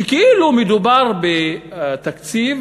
כאילו שמדובר בתקציב